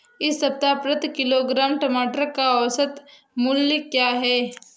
इस सप्ताह प्रति किलोग्राम टमाटर का औसत मूल्य क्या है?